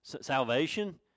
salvation